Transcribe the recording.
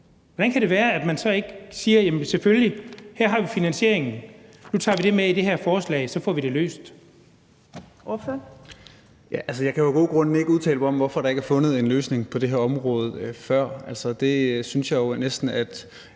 hvordan kan det så være, at man ikke siger: Her har vi finansieringen, og nu tager vi det med i det her forslag, og så får vi det løst?